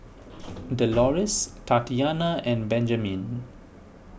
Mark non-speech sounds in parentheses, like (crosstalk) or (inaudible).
(noise) Delores Tatianna and Benjamine